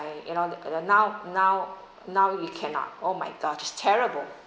you know now now now you cannot oh my god it's terrible